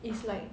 is like